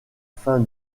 fin